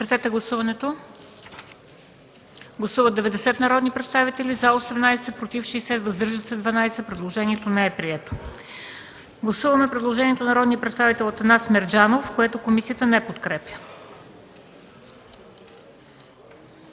не подкрепя. Гласували 81 народни представители: за 17, против 48, въздържали се 16. Предложението не е прието. Гласуваме предложението на народния представител Атанас Мерджанов, което комисията не подкрепя.